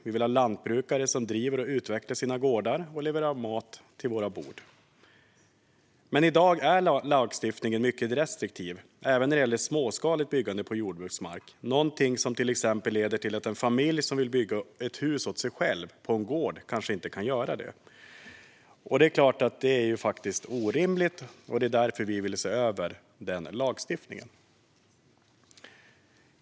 Vi vill ha lantbrukare som driver och utvecklar sina gårdar och levererar mat till våra bord. Men i dag är lagstiftningen mycket restriktiv, även när det gäller småskaligt byggande på jordbruksmark. Detta kan till exempel leda till att en familj som vill bygga ett hus åt sig själv på en gård inte kan göra det. Det är orimligt, och därför vill vi se över lagstiftningen.